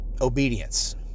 obedience